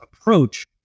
approach